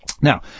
Now